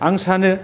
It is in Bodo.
आं सानो